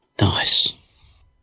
Nice